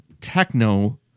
techno